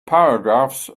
paragraphs